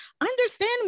understand